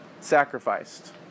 sacrificed